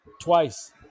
twice